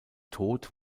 tod